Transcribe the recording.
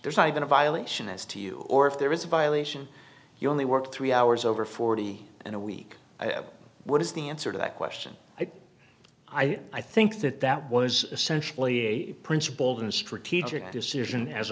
there's not even a violation as to you or if there is a violation you only work three hours over forty and a week what is the answer to that question i think that that was essentially a principled and strategic decision as